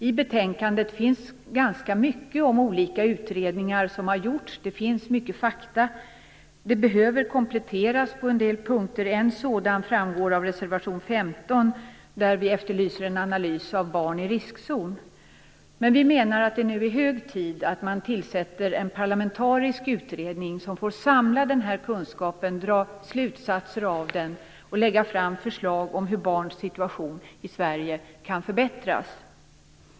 I betänkandet finns ganska mycket fakta om utredningar som har genomförts. Dessa behöver kompletteras på en del punkter. En sådan framgår av reservation 15. Vi efterlyser en analys av barn i riskzon. Vi menar att det är hög tid att tillsätta en parlamentarisk utredning som får samla kunskapen, dra slutsatser och lägga fram förslag om hur barns situation i Sverige kan förbättras.